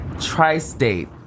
Tri-state